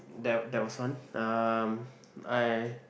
there there was one um I